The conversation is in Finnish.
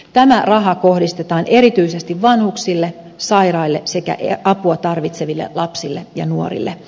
tämä raha kohdistetaan erityisesti vanhuk sille sairaille sekä apua tarvitseville lapsille ja nuorille